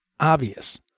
obvious